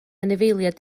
anifeiliaid